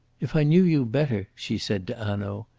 if i knew you better, she said to hanaud,